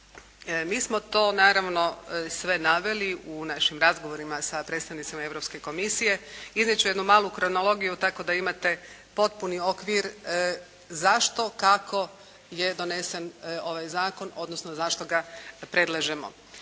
Mi smo to naravno sve naveli u našim razgovorima sa predstavnicima Europske komisije. Izreći ću jednu malu kronologiju tako da imate potpuni okvir zašto, kako je donesen ovaj zakon, odnosno zašto ga predlažemo.